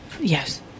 Yes